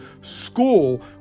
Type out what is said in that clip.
school